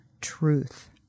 truth